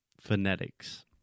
phonetics